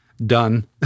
done